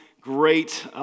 Great